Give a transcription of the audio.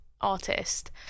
artist